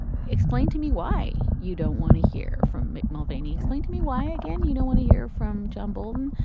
explain to me why you don't want to hear from me. veiny, explain to me why, again, you don't want to hear from jumbling,